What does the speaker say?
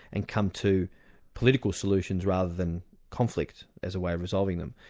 and come to political solutions rather than conflict as a way of resolving them.